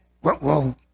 whoa